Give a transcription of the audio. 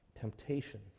temptation